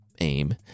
aim